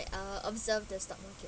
uh observe the stock market